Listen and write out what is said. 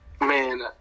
man